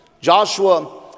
Joshua